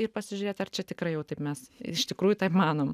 ir pasižiūrėt ar čia tikrai jau taip mes iš tikrųjų taip manom